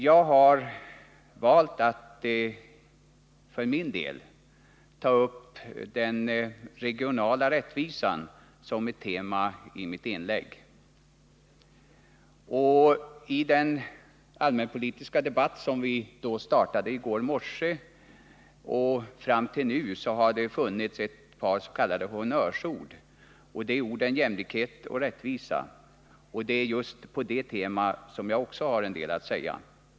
Jag har valt att ta upp den regionala rättvisan som ett tema i mitt inlägg. I denna allmänpolitiska debatt har det från det att den startade i går morse och fram till nu flitigt använts ett pars.k. honnörsord. De orden är jämlikhet och rättvisa. Det är just på det temat som jag också har en del att säga.